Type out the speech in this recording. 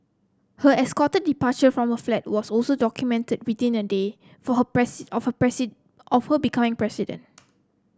her escorted departure from her flat was also documented within a day for her of her of her becoming president